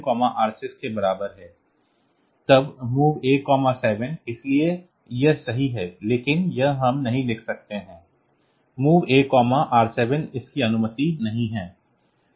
तब MOV A7 इसलिए यह सही है लेकिन यह हम नहीं लिख सकते हैं MOV AR7 इसकी अनुमति नहीं है